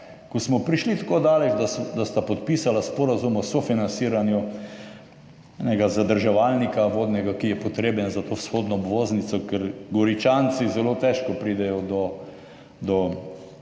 ko smo prišli tako daleč, da sta podpisala sporazum o sofinanciranju enega vodnega zadrževalnika, ki je potreben za to vzhodno obvoznico, ker Goričanci zelo težko pridejo do pomurske